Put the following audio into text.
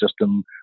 system